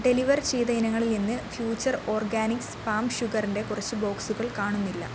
deliver ചെയ്ത ഇനങ്ങളിൽ നിന്ന് ഫ്യൂച്ചർ ഓർഗാനിക്സ് പാം ഷുഗറിന്റെ കുറച്ച് ബോക്സുകൾ കാണുന്നില്ല